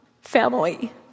family